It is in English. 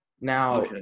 Now